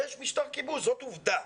זאת עובדה.